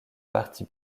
partie